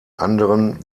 anderen